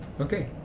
Okay